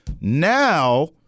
Now